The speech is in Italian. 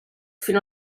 fino